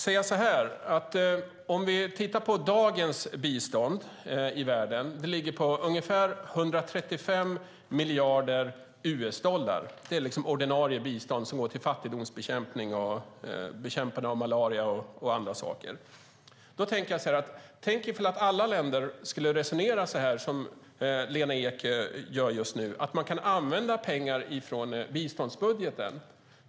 Världens bistånd ligger i dag på ungefär 135 miljarder US-dollar. Det är ordinarie bistånd som går till fattigdomsbekämpning, malariabekämpning och andra saker. Tänk om alla länder skulle resonera som Lena Ek gör och använda pengar från biståndsbudgeten.